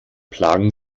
plagen